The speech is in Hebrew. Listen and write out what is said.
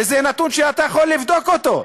וזה נתון שאתה יכול לבדוק אותו: